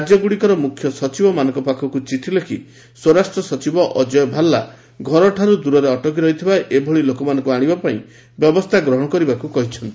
ରାଜ୍ୟଗୁଡ଼ିକର ମୁଖ୍ୟ ସଚିବମାନଙ୍କ ପାଖକୁ ଚିଠି ଲେଖି ସ୍ୱରାଷ୍ଟ୍ର ସଚିବ ଅଜୟ ଭାଲା ଘରଠାରୁ ଦୂରରେ ଅଟକି ରହିଥିବା ଏଭଳି ଲୋକମାନଙ୍କୁ ଆଣିବା ପାଇଁ ବ୍ୟବସ୍ଥା ଗ୍ରହଣ କରିବାକୁ କହିଛନ୍ତି